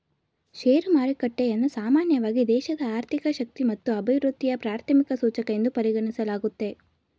share ಮಾರುಕಟ್ಟೆಯನ್ನ ಸಾಮಾನ್ಯವಾಗಿ ದೇಶದ ಆರ್ಥಿಕ ಶಕ್ತಿ ಮತ್ತು ಅಭಿವೃದ್ಧಿಯ ಪ್ರಾಥಮಿಕ ಸೂಚಕ ಎಂದು ಪರಿಗಣಿಸಲಾಗುತ್ತೆ